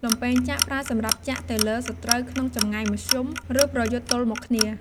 លំពែងចាក់ ប្រើសម្រាប់ចាក់ទៅលើសត្រូវក្នុងចម្ងាយមធ្យម ឬប្រយុទ្ធទល់មុខគ្នា។